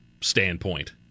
standpoint